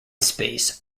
space